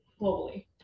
globally